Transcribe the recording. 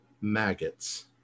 maggots